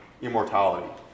immortality